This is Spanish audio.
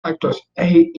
actuaciones